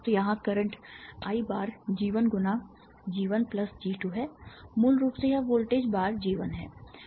तो यहाँ current I bar G 1 गुणा G 1 प्लस G 2 है मूल रूप से यह वोल्टेज बार G 1 है जो इसका संचालन है